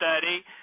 study